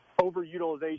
overutilization